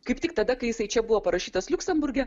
kaip tik tada kai jisai čia buvo parašytas liuksemburge